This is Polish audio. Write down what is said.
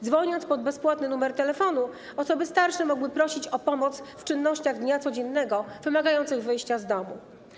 Dzwoniąc po bezpłatny numer telefonu, osoby starsze mogły prosić o pomoc w czynnościach dnia codziennego wymagających wyjścia z domu.